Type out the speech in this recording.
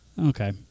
Okay